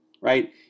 Right